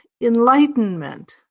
enlightenment